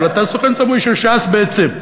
אבל אתה סוכן סמוי של ש"ס בעצם,